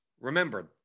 Remember